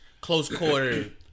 close-quarter